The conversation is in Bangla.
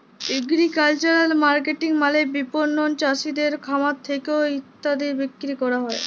এগ্রিকালচারাল মার্কেটিং মালে বিপণল চাসিদের খামার থেক্যে ক্রেতাদের বিক্রি ক্যরা